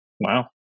Wow